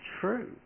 true